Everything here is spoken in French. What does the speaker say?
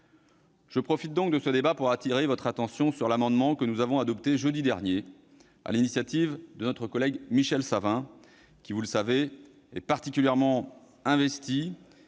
Je profite donc de ce débat pour appeler votre attention sur l'amendement que nous avons adopté jeudi dernier, sur l'initiative de notre collègue Michel Savin, qui, comme vous le savez, est particulièrement investi